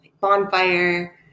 bonfire